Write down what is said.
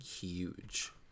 huge